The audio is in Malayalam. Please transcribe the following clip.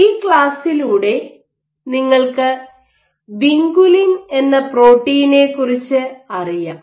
ഈ ക്ലാസ്സിലൂടെ നിങ്ങൾക്ക് വിൻകുലിൻ എന്ന പ്രോട്ടീനെക്കുറിച്ച് അറിയാം